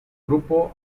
grupo